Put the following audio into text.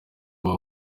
kuba